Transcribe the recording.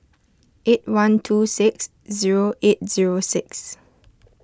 eight one two six zero eight zero six